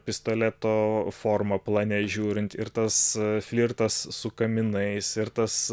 pistoleto formą plane žiūrint ir tas flirtas su kaminais ir tas